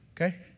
okay